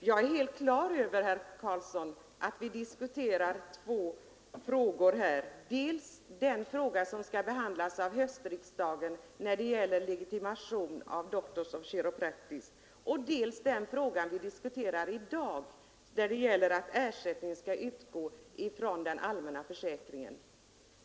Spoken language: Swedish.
Herr talman! Jag är, herr Carlsson i Vikmanshyttan, helt klar över att vi diskuterar två frågor här: dels den frågan som skall behandlas av höstriksdagen och som gäller legitimation av Doctors of Chiropractic, dels frågan huruvida ersättning skall utgå från den allmänna försäkringen.